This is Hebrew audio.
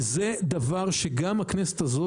וזה דבר שגם הכנסת הזאת,